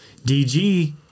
DG